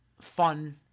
fun